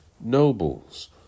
nobles